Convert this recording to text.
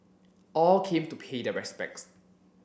all came to pay their respects